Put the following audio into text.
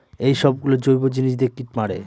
এইসব গুলো জৈব জিনিস দিয়ে কীট মারে